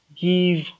give